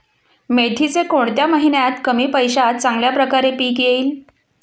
मेथीचे कोणत्या महिन्यात कमी पैशात चांगल्या प्रकारे पीक येईल?